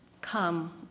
Come